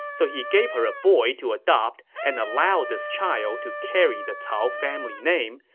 so he gave her a boy to adopt and allowed this child to carry the cao family name,